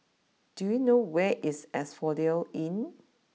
do you know where is Asphodel Inn